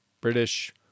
British